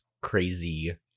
crazy